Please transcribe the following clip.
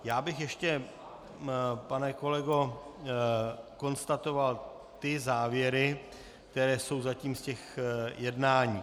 Já bych ještě, pane kolego, konstatoval ty závěry, které jsou zatím z těch jednání.